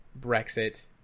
Brexit